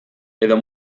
edo